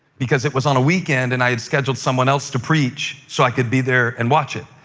because it was on a weekend, and i had scheduled someone else to preach so i could be there and watch it.